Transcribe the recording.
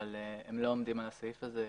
הם לא עומדים על הסעיף הזה.